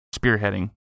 spearheading